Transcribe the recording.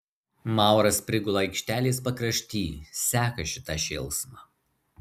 mauras prigula aikštelės pakrašty seka šitą šėlsmą